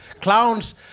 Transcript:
clowns